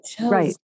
Right